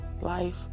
life